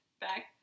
back